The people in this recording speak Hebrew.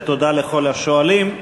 ותודה לכל השואלים.